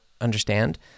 understand